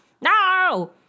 No